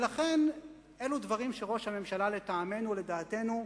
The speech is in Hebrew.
ולכן אלה דברים שראש הממשלה, לטעמנו ולדעתנו,